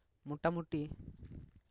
ᱢᱳᱴᱟᱢᱩᱴᱤ